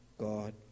God